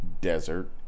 Desert